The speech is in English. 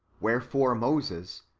wherefore moses,